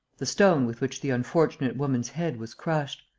the stone with which the unfortunate woman's head was crushed.